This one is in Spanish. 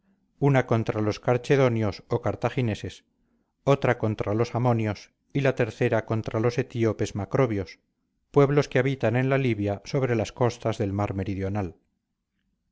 una contra los carchedonios o cartagineses otra contra los amonios y la tercera contra los etíopes macrobios pueblos que habitan en la libia sobre las costas del mar meridional